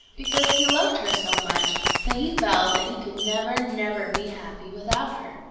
because he loved her so much that he felt that he could never, never be happy without her.